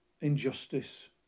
injustice